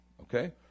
okay